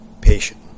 patient